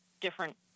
different